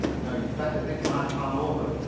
now you'd better think my plan over.